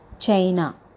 China